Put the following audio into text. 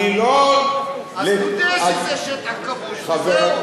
אני לא, אז תודה שזה שטח כבוש וזהו.